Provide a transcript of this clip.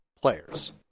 players